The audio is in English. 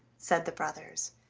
said the brothers,